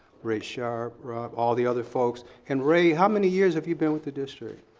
ray sharpe all the other folks, and ray, how many years have you been with the district?